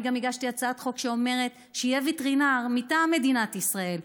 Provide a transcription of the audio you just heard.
אני גם הגשתי הצעת חוק שאומרת שיהיה וטרינר מטעם מדינת ישראל,